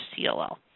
CLL